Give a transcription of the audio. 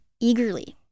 eagerly